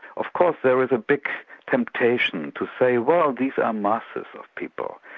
of course there is a big temptation to say well these are masses of people,